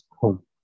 home